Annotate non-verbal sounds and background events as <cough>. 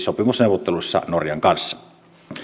<unintelligible> sopimusneuvotteluissa norjan kanssa